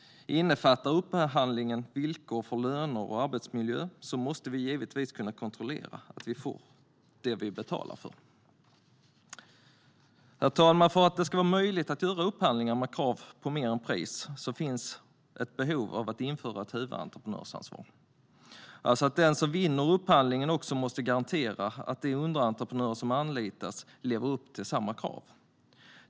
Innefattar upphandlingen villkor för löner och arbetsmiljö måste vi givetvis kunna kontrollera att vi har fått det som vi har betalat för. Herr talman! För att det ska vara möjligt att göra upphandlingar med krav på mer än pris finns det ett behov av att införa ett huvudentreprenörsansvar, alltså att den som vinner upphandlingen också måste garantera att de underentreprenörer som anlitas lever upp till samma krav.